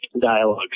dialogue